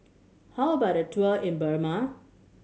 how about a tour in Burma